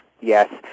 Yes